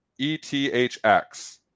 ETHX